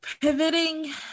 pivoting